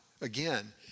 again